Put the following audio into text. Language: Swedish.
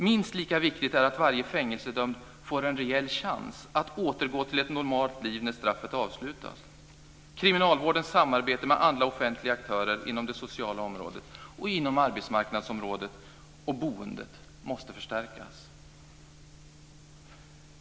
Minst lika viktigt är att varje fängelsedömd får en reell chans att återgå till ett normalt liv när straffet är avslutat. Kriminalvårdens samarbete med andra offentliga aktörer inom det sociala området och inom arbetsmarknadsområdet och boendet måste förstärkas.